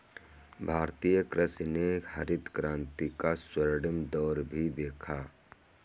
भारतीय कृषि ने हरित क्रांति का स्वर्णिम दौर भी देखा